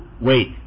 wait